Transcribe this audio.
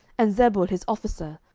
and zebul his officer?